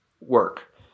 work